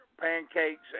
pancakes